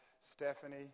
Stephanie